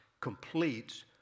completes